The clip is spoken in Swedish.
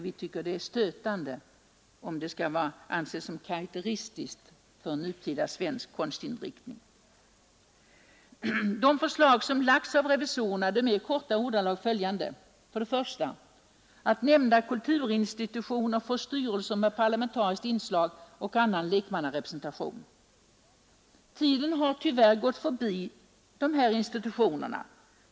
Vi tycker det är stötande om detta skall anses karakteristiskt för nutida svensk konstinriktning. De förslag som framlagts av revisorerna är i korta ordalag följande: 1. Nämnda kulturinstitutioner får styrelser med parlamentariskt inslag och annan lekmannarepresentation. Tiden har tyvärr gått förbi de här institutionerna.